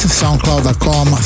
soundcloud.com